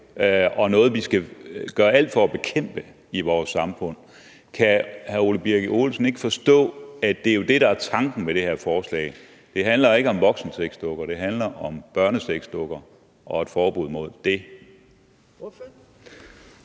og noget, som vi skal gøre alt for at bekæmpe i vores samfund? Kan hr. Ole Birk Olesen ikke forstå, at det jo er det, der er tanken med det her forslag? Det handler ikke om voksensexdukker, det handler om børnesexdukker og et forbud mod det.